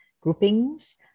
groupings